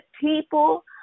people